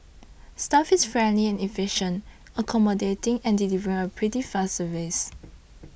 staff is friendly and efficient accommodating and delivering a pretty fast service